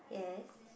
yes